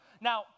Now